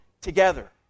together